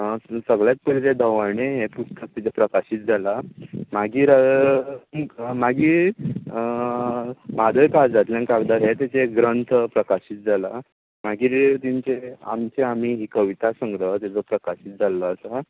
सगळ्यांत पयलीं तेंचें दवरणें हें पुस्तक ताचें प्रकाशीत जालां मागीर मागीर म्हादय काळजांतल्यान कागदार हे ग्रंथ प्रकाशीत जाला मागीर तेंचे आमचे आमी ही कविता संग्रह तेचो प्रकाशीत जाल्लो आसा